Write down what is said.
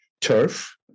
turf